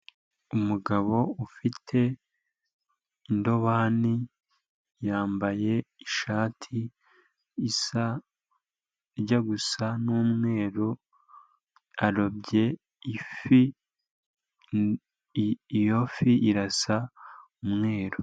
Umugabo ufite indobani, yambaye ishati, ijya gusa n'umweru, arobye ifi, iyo fi, irasa umweru.